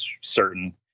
certain